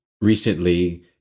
recently